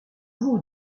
vous